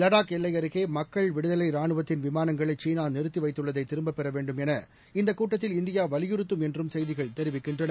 வடாக் எல்லை அருகே மக்கள் விடுதலை ரானுவத்தின் விமானங்களை சீனா நிறுத்தி வைத்துள்ளதை திரும்பப் பெற வேண்டும் என இந்தக் கூட்டத்தில் இந்தியா வலியுறத்தும் என்றும் செய்திகள் தெரிவிக்கின்றன